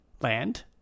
land